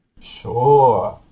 Sure